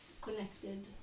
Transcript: Connected